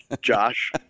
Josh